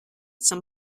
some